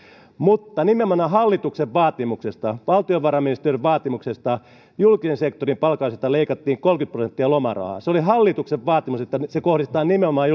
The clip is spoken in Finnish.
mutta nimenomaan hallituksen vaatimuksesta valtiovarainministeriön vaatimuksesta julkisen sektorin palkansaajilta leikattiin kolmekymmentä prosenttia lomarahaa se oli hallituksen vaatimus että se kohdistetaan nimenomaan